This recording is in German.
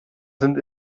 sind